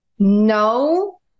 No